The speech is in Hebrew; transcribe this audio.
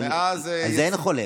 על זה אין חולק.